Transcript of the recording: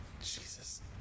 Jesus